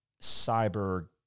cyber